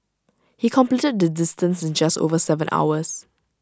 he completed the distance in just over Seven hours